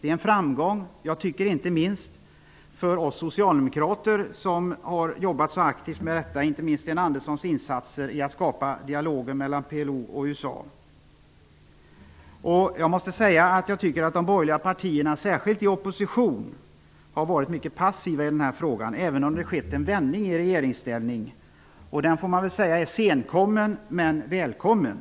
Det är en framgång, inte minst för oss socialdemokrater som har jobbat så aktivt för detta. Jag vill särskilt framhålla Sten Anderssons insatser för att skapa en dialog mellan PLO och USA. Jag tycker att de borgerliga partierna, särskilt i opposition, har varit mycket passiva i denna fråga. Det har dock skett en vändning i regeringsställning. Den får man väl säga är senkommen men välkommen.